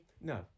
no